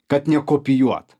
kad nekopijuot